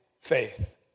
faith